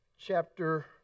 chapter